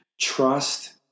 trust